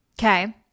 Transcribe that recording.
Okay